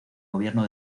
gobierno